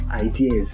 ideas